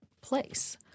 place